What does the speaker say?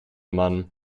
man